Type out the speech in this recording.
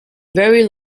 very